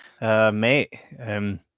Mate